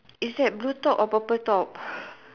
is that blue top or purple top